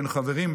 בין חברים,